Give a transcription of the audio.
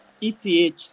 ETH